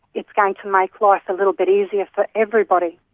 it's going to make life a little bit easier for everybody.